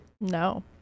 no